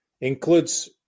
Includes